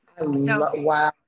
Wow